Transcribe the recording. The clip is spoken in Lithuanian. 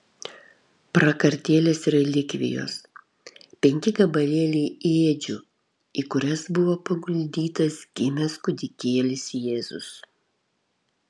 prakartėlės relikvijos penki gabalėliai ėdžių į kurias buvo paguldytas gimęs kūdikėlis jėzus